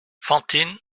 fantine